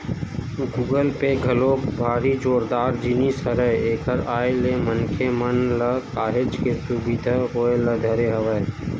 Google Pay घलोक भारी जोरदार जिनिस हरय एखर आय ले मनखे मन ल काहेच के सुबिधा होय ल धरे हवय